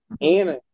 Anna